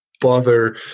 bother